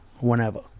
Whenever